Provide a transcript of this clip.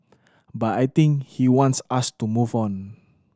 but I think he wants us to move on